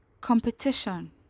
competition